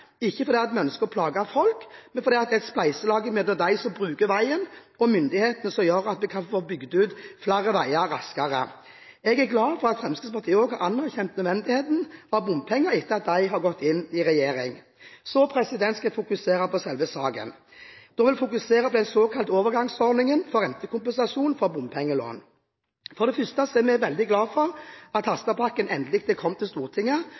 ikke fordi vi ønsker å plage folk, men fordi det er et spleiselag mellom dem som bruker veien, og myndighetene som gjør at vi kan få bygget ut flere veier raskere. Jeg er glad for at Fremskrittspartiet også har anerkjent nødvendigheten av bompenger etter at de har gått inn i regjering. Så skal jeg fokusere på selve saken, og da vil jeg fokusere på den såkalte overgangsordningen for rentekompensasjon for bompengelån. For det første er vi veldig glade for at Harstadpakken endelig er kommet til Stortinget,